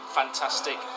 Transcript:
fantastic